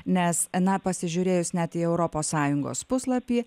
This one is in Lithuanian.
nes na pasižiūrėjus net į europos sąjungos puslapį